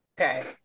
Okay